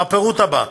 בפירוט שלהלן: